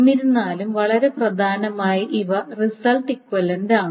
എന്നിരുന്നാലും വളരെ പ്രധാനമായി ഇവ റിസൾട്ട് ഇക്വിവലൻറ്റാണ്